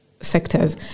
sectors